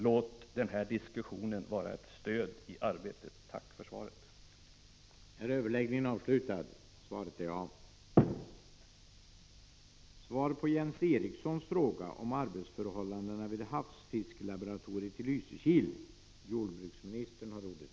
Låt denna diskussion vara ett stöd i det arbetet.